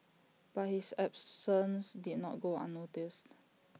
but his absences did not go unnoticed